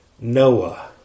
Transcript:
Noah